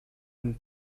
and